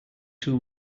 too